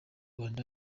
rwanda